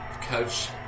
coach